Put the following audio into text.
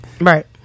Right